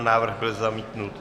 Návrh byl zamítnut.